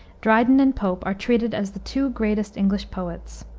dryden and pope are treated as the two greatest english poets.